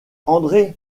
andré